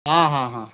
ହଁ ହଁ ହଁ